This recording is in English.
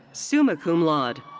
summa cum laude.